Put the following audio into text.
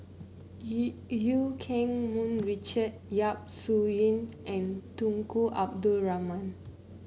Eu Eu Keng Mun Richard Yap Su Yin and Tunku Abdul Rahman